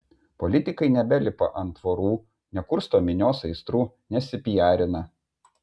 politikai nebelipa ant tvorų nekursto minios aistrų nesipiarina